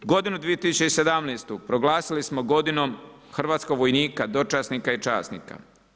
Godinu 2017. proglasili smo godinom hrvatskog vojnika, dočasnika i časnika.